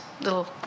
little